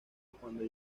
cuando